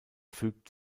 fügt